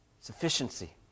sufficiency